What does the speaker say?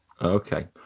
okay